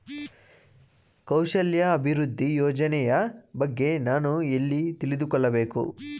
ಕೌಶಲ್ಯ ಅಭಿವೃದ್ಧಿ ಯೋಜನೆಯ ಬಗ್ಗೆ ನಾನು ಎಲ್ಲಿ ತಿಳಿದುಕೊಳ್ಳಬೇಕು?